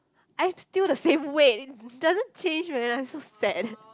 I'm still the same weight it doesn't change man I'm so sad